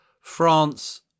France